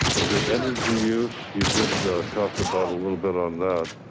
the energy use, you did talk about a little bit on that.